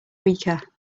weaker